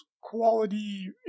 quality